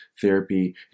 therapy